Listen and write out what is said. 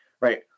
right